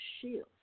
shield